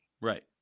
Right